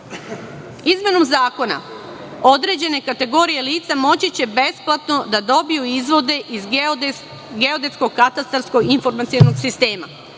Izmenom zakona određene kategorije lica moći će besplatno da dobiju izvode iz Geodetskog katastarskog informacionog sistema.